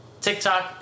TikTok